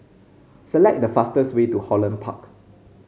select the fastest way to Holland Park